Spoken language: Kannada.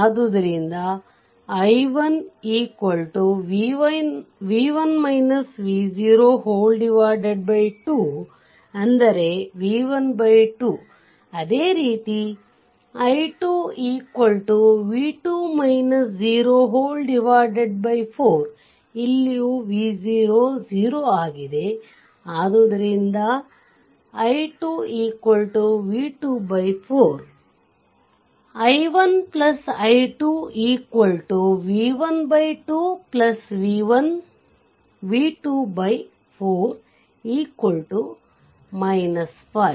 ಅದ್ದುದರಿಂದ i1 2 v1 2 ಅದೇ ರೀತಿ i24 ಇಲ್ಲಿಯೂ v 00 ಆಗಿದೆ ಅದ್ದುದರಿಂದ i2 v2 4 i1 i2 v1 2 v2 4 5